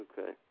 okay